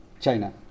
China